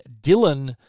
Dylan